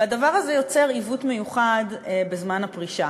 והדבר הזה יוצר עיוות מיוחד בזמן הפרישה.